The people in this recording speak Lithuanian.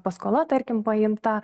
paskola tarkim paimta